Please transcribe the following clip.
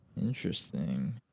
interesting